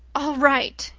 all right!